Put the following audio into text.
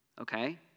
okay